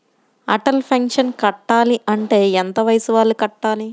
Atal pension కట్టాలి అంటే ఎంత వయసు వాళ్ళు కట్టాలి?